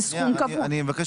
זה סכום קבוע.